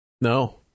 No